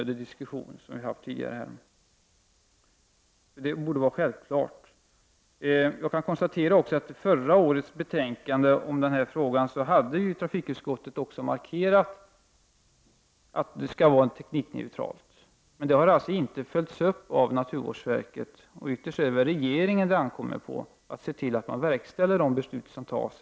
Då slipper vi diskutera den frågan mera. I förra årets betänkande hade utskottet i denna fråga också markerat att kraven skall vara teknikneutrala. Detta har dock inte följts upp av naturvårdsverket. Det ankommer väl ytterst på regeringen att se till att riksdagens beslut verkställs.